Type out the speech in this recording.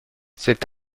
cet